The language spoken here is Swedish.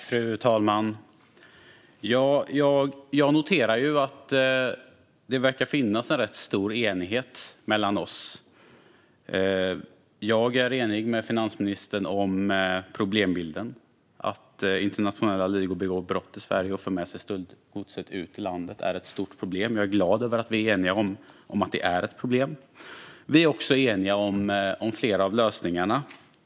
Fru talman! Jag noterar att det verkar finnas en rätt stor enighet mellan oss. Jag är enig med finansministern om problembilden. Att internationella ligor begår brott i Sverige och för med sig stöldgodset ut ur landet är ett stort problem. Det gläder mig att vi är eniga om att det är ett stort problem. Vi är också eniga om flera av lösningarna.